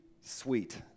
Sweet